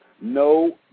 No